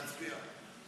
להצביע.